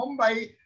Mumbai